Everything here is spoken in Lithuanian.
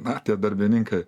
na tie darbininkai